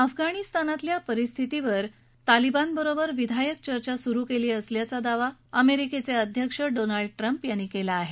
अफगाणिस्तानातल्या परिस्थितीवर तालिबानबरोबर विधायक चर्चा सुरु केली असल्याचा दावा अमेरिकेचे अध्यक्ष डोनाल्ड ट्रम्प यांनी केला आहे